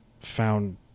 found